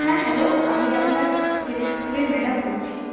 হ্যাঁ হ্যালো আমি আপনার ছেলের স্কুলের ম্যাডাম বলছি